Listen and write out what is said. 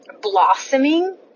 blossoming